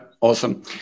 awesome